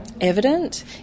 evident